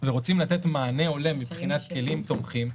ורוצים לתת מענה הולם מבחינת כלים תומכים,